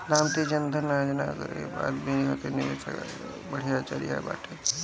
प्रधानमंत्री जन धन योजना गरीब आदमी खातिर निवेश कअ बढ़िया जरिया बाटे